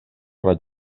raig